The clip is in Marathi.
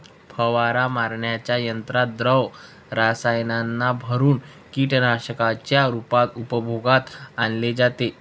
फवारा मारण्याच्या यंत्रात द्रव रसायनांना भरुन कीटकनाशकांच्या रूपात उपयोगात आणले जाते